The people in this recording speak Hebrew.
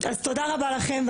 תודה רבה לכם.